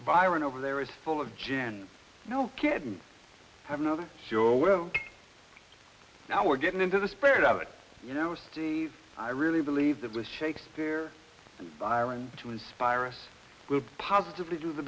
byron over there is full of gin no kidding i have another show well now we're getting into the spirit of it you know steve i really believe that with shakespeare and byron to inspire us with positively do the